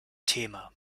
thema